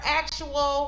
actual